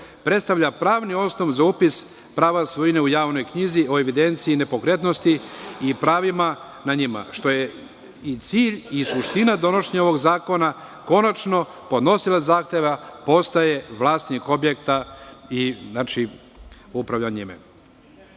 predstavlja pravni osnov za upis prava svojine u javnoj knjizi o evidenciji nepokretnosti i pravima na njima, što je i cilj i suština donošenja ovog zakona. Jer, konačno, podnosilac zahteva postaje vlasnik objekta i upravlja njime.U